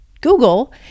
Google